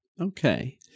Okay